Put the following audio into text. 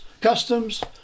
customs